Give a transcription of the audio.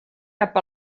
cap